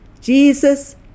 Jesus